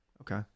Okay